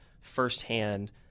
firsthand